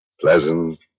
Pleasant